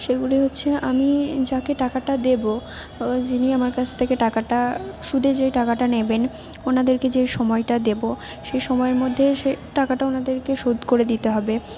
সেগুলি হচ্ছে আমি যাকে টাকাটা দেবো যিনি আমার কাছ থেকে টাকাটা সুদে যে টাকাটা নেবেন ওনাদেরকে যে সময়টা দেবো সেই সময়ের মধ্যেই সেই টাকাটা ওনাদেরকে শোধ করে দিতে হবে